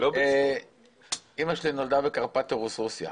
אמא שלי בקרפטורוס רוסיה.